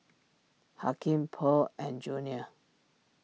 Hakim Pearl and Junior